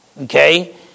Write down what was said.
Okay